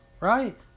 right